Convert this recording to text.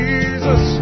Jesus